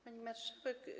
Pani Marszałek!